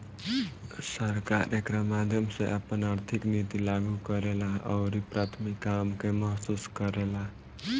सरकार एकरा माध्यम से आपन आर्थिक निति लागू करेला अउरी प्राथमिक काम के महसूस करेला